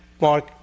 Mark